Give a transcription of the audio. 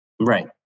Right